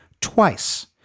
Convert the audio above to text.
twice